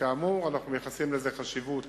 כאמור, אנחנו מייחסים חשיבות